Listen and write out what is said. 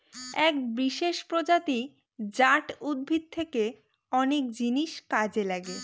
এক বিশেষ প্রজাতি জাট উদ্ভিদ থেকে অনেক জিনিস কাজে লাগে